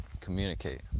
communicate